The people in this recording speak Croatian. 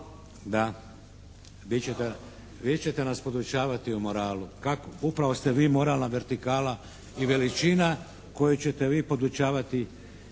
Da. Vi ćete nas podučavati o moralu?! Upravo ste vi moralna vertikala i veličina koju ćete vi podučavati,